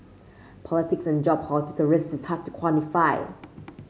politics and geopolitical risk is hard to quantify